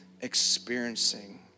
experiencing